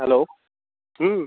hello হুম